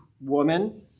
woman